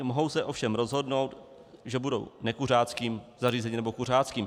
Mohou se ovšem rozhodnout, že budou nekuřáckým zařízením nebo kuřáckým.